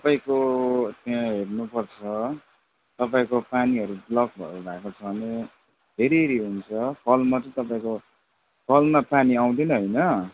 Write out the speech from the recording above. तपाईँको त्यहाँ हेर्नुपर्छ तपाईँको पानीहरू ब्लकहरू भएको छ भने हेरी हेरी हुन्छ कलमा चाहिँ तपाईँको कलमा पानी आउँदैन होइन